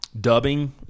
Dubbing